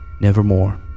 nevermore